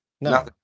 No